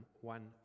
one